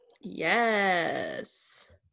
Yes